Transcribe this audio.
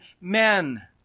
men